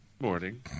Morning